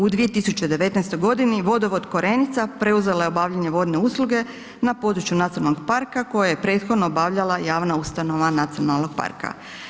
U 2019. vodovod Korenica preuzela je obavljanje vodne usluge na području nacionalnog parka koje je prethodno obavljala javna ustanova nacionalnog parka.